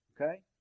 Okay